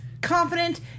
confident